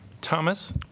Thomas